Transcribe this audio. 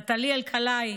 נטלי אלקלעי,